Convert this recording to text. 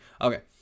Okay